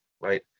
right